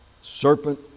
serpent